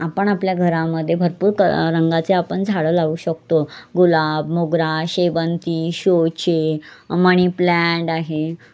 आपण आपल्या घरामध्ये भरपूर क रंगाचे आपण झाडं लावू शकतो गुलाब मोगरा शेवंती शोचे मणी प्लॅन्ट आहे